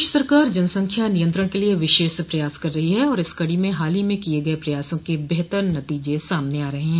प्रदेश सरकार जनसंख्या नियंत्रण के लिए विशेष प्रयास कर रही है और इस कड़ी में हाल ही में किये गये प्रयासों के बेहतर नतीजे सामने आ रहे हैं